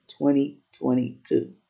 2022